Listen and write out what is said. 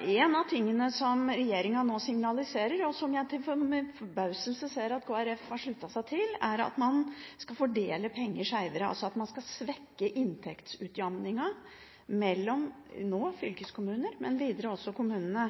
En av de tingene som regjeringen nå signaliserer, og som jeg med forbauselse ser at Kristelig Folkeparti har sluttet seg til, er at man skal fordele penger skjevere. Man skal altså svekke inntektsutjevningen mellom – nå – fylkeskommuner og i det videre også kommunene.